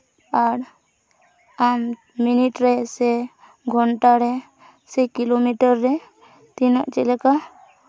ᱟᱨ ᱟᱢ ᱢᱤᱱᱤᱴ ᱨᱮ ᱥᱮ ᱜᱷᱚᱱᱴᱟ ᱨᱮ ᱥᱮ ᱠᱤᱞᱳᱢᱤᱴᱟᱨ ᱨᱮ ᱛᱤᱱᱟᱹᱜ ᱪᱮᱫ ᱞᱮᱠᱟ